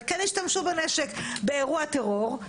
וכן השתמשו בנשק באירוע טרור,